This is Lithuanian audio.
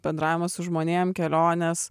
bendravimas su žmonėm kelionės